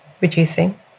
reducing